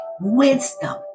Wisdom